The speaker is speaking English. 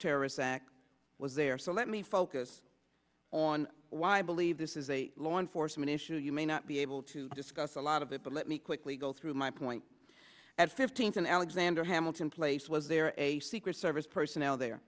terrorist act was there so let me focus on why i believe this is a law enforcement issue you may not be able to discuss a lot of it but let me quickly go through my point at fifteenth and alexander hamilton place was there a secret service personnel there